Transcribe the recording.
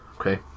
Okay